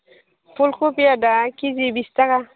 फुल कबिआ दा खेजि बिस थाखा